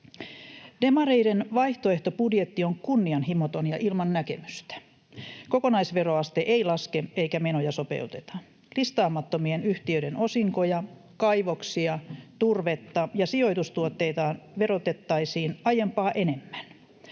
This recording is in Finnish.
Demareiden vaihtoehtobudjetti on kunnianhimoton ja ilman näkemystä. Kokonaisveroaste ei laske, eikä menoja sopeuteta. Listaamattomien yhtiöiden osinkoja, kaivoksia, turvetta ja sijoitustuotteita verotettaisiin aiempaa enemmän.